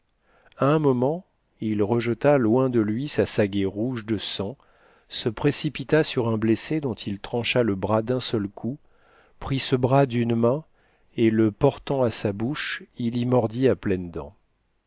un moment il rejeta loin de lui sa sagaie rouge de sang se précipita sur un blessé dont il trancha le bras d'un seul coup prit ce bras d'une main et le portant à sa bouche il y mordit à pleines dents